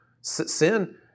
Sin